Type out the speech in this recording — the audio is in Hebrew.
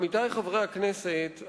עמיתי חברי הכנסת,